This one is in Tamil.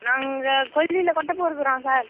நாங்கள் கொய்தில கொட்டை பொறுக்குறோம் சார்